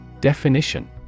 Definition